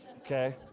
okay